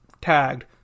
tagged